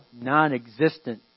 non-existent